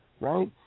right